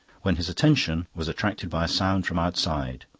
when his attention was attracted by a sound from outside.